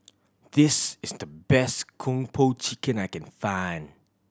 this is the best Kung Po Chicken I can find